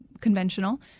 conventional